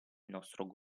nostro